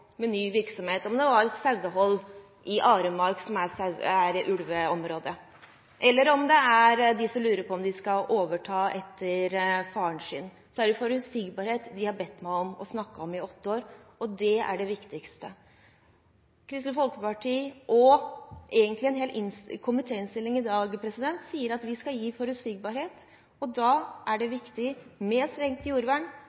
med ny virksomhet – om det var sauehold i Aremark, som er ulveområde, eller om det er de som lurer på om de skal overta etter faren sin. Det er forutsigbarhet de har bedt meg om å snakke om i åtte år. Det er det viktigste. Kristelig Folkeparti – og egentlig en hel komitéinnstilling i dag – sier at vi skal gi forutsigbarhet. Da er det viktig med strengt jordvern, da er det